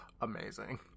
amazing